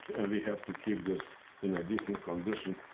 and we have to keep this in a decent condition.